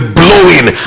blowing